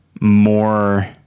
more